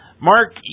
Mark